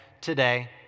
today